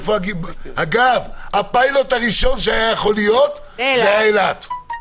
אגב, הפיילוט הראשון שיכול היה להיות זה אילת.